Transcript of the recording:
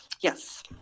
Yes